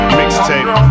mixtape